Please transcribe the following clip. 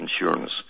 insurance